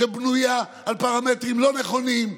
שבנויה על פרמטרים לא נכונים,